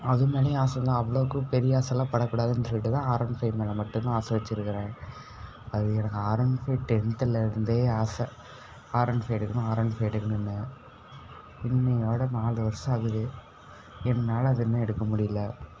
அது மேலையும் ஆசைதான் அவ்வளோக்கு பெரிய ஆசைல்லாம் படக்கூடாதுன்னு சொல்லிட்டு தான் ஆர் ஒன் ஃபைவ் மேலே மட்டும் தான் ஆசை வச்சுருக்குறேன் அது எனக்கு ஆர் ஒன் ஃபைவ் டென்த்தில் இருந்தே ஆசை ஆர் ஒன் ஃபைவ் எடுக்கணும் ஆர் ஒன் ஃபைவ் எடுக்கணும்னு இன்றையோட நால்ரை வருஷம் ஆகுது என்னால் அதை இன்னும் எடுக்க முடியல